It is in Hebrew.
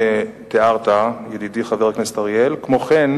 אני מקווה,